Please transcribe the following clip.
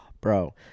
bro